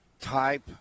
type